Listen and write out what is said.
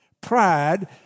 Pride